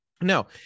No